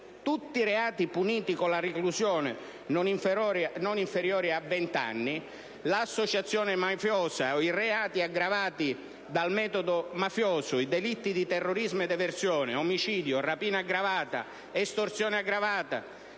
Tutti i reati puniti con la reclusione non inferiore a vent'anni (associazione mafiosa, reati aggravati da metodo mafioso, delitti di terrorismo e eversione, omicidio, rapina aggravata, estorsione aggravata,